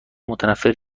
متنفر